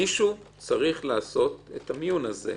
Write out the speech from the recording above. אצלם יש מישהו שצריך לעשות את המיון הזה.